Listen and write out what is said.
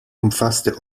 umfasste